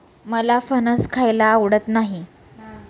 मला फणस खायला आवडत नाही